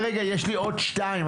יש לי עוד שתיים,